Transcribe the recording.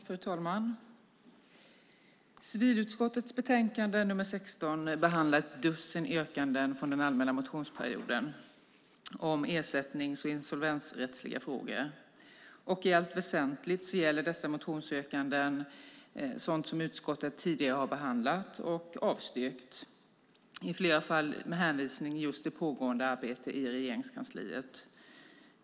Fru talman! Civilutskottets betänkande nr 16 behandlar ett dussin yrkanden från den allmänna motionsperioden om ersättnings och insolvensrättsliga frågor. I allt väsentligt gäller dessa motionsyrkanden sådant som utskottet tidigare har behandlat och avstyrkt, i flera fall med hänvisning till pågående arbete i Regeringskansliet.